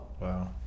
Wow